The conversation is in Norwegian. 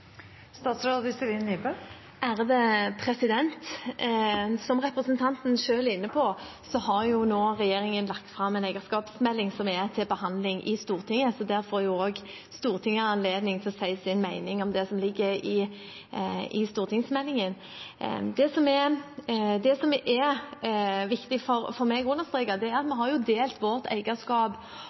Som representanten selv er inne på, har regjeringen nå lagt fram en eierskapsmelding som er til behandling i Stortinget, så der får også Stortinget anledning til å si sin mening om det som ligger i stortingsmeldingen. Det som er viktig for meg å understreke, er at vi har delt vårt eierskap